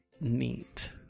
neat